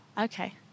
Okay